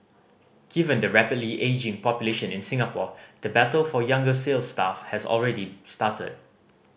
given the rapidly ageing population in Singapore the battle for younger sales staff has already started